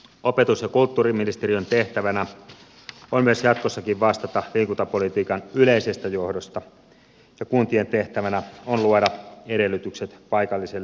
opetus ja kulttuuriministeriön tehtävänä on jatkossakin vastata liikuntapolitiikan yleisestä johdosta ja kuntien tehtävänä on luoda edellytykset paikalliselle liikkumiselle